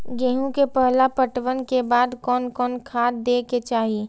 गेहूं के पहला पटवन के बाद कोन कौन खाद दे के चाहिए?